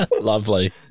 Lovely